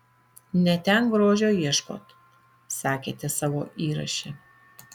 ne ten grožio ieškot sakėte savo įraše